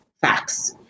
facts